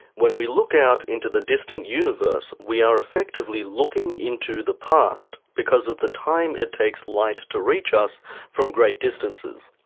when we look out into the distant universe we are effectively looking into the past because of the time it takes light to reach us from great distances.